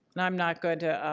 and um not going to